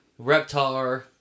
Reptar